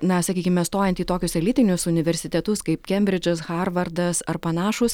na sakykime stojant į tokius elitinius universitetus kaip kembridžas harvardas ar panašūs